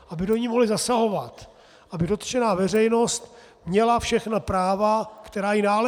Aby do ní mohli zasahovat, aby dotčená veřejnost měla všechna práva, která jí náleží.